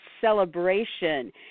celebration